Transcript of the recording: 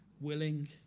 willing